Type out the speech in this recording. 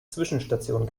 zwischenstation